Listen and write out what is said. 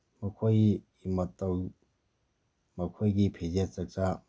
ꯃꯈꯣꯏꯒꯤ ꯃꯇꯧ ꯃꯈꯣꯏꯒꯤ ꯐꯤꯖꯦꯠ ꯆꯥꯛꯆꯥ